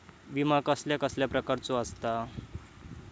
विमा कसल्या कसल्या प्रकारचो असता?